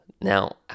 Now